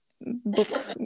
book